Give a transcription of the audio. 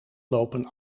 lopen